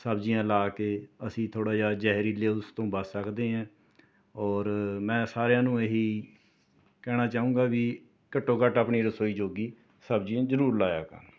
ਸਬਜ਼ੀਆਂ ਲਾ ਕੇ ਅਸੀਂ ਥੋੜ੍ਹਾ ਜਿਹਾ ਜ਼ਹਰੀਲੇ ਉਸ ਤੋਂ ਬਚ ਸਕਦੇ ਹਾਂ ਔਰ ਮੈਂ ਸਾਰਿਆਂ ਨੂੰ ਇਹੀ ਕਹਿਣਾ ਚਾਹੁੰਗਾ ਵੀ ਘੱਟੋਂ ਘੱਟ ਆਪਣੀ ਰਸੋਈ ਜੋਗੀ ਸਬਜ਼ੀਆਂ ਜ਼ਰੂਰ ਲਾਇਆ ਕਰਨ